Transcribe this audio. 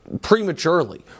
prematurely